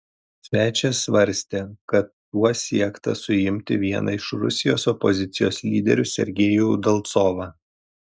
svečias svarstė kad tuo siekta suimti vieną iš rusijos opozicijos lyderių sergejų udalcovą